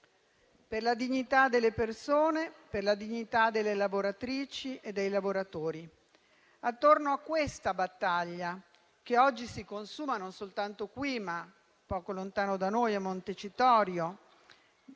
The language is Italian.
per la dignità delle persone, delle lavoratrici e dei lavoratori. A proposito di questa battaglia - che oggi si consuma, non soltanto qui, ma poco lontano da noi a Montecitorio